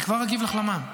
כבר אגיב לך על מע"מ.